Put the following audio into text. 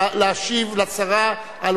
להצביע בעד